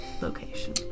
location